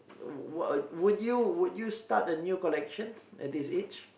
uh w~ w~ would you would you start a new collections at this age